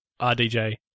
RDJ